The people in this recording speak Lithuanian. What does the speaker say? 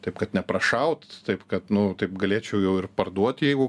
taip kad neprašaut taip kad nu taip galėčiau jau ir parduoti jeigu